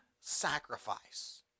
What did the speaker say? sacrifice